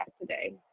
today